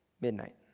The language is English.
midnight